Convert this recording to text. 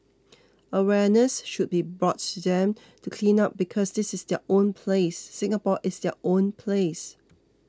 awareness should be brought to them to clean up because this is their own place Singapore is their own place